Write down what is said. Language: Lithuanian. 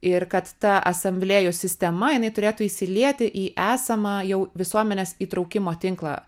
ir kad ta asamblėjų sistema jinai turėtų įsilieti į esamą jau visuomenės įtraukimo tinklą